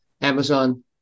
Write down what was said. Amazon